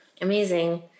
Amazing